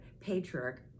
patriarch